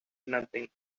nothing